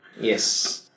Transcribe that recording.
Yes